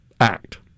Act